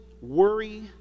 worry